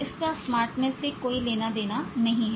इसका स्मार्टनेस से कोई लेना देना नहीं है